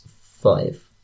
five